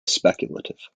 speculative